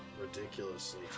ridiculously